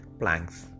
planks